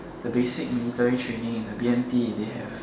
the basic military training the B_M_T they have